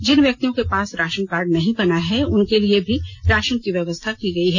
जिन व्यक्तियों के पास राशनकार्ड नहीं बना है उनके लिए भी राशन की व्यवस्था की गई है